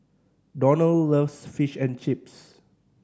Donnell loves Fish and Chips